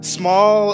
small